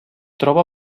troba